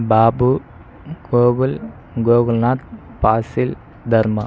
Babu Gokul Gokulnath Basil Dharma